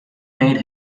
made